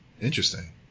Interesting